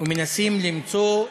ומנסים למצוא: